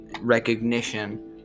recognition